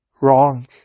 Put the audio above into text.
wrong